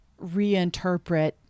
reinterpret